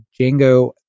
Django